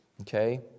Okay